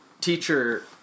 teacher